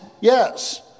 yes